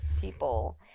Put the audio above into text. people